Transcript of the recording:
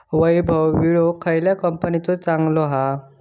वैभव विळो खयल्या कंपनीचो चांगलो हा?